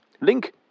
Link